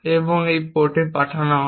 এবং এই পোর্টে পাঠানো হবে